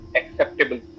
acceptable